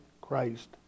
Christ